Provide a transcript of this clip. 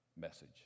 message